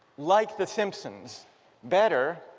like the simpsons better